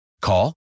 Call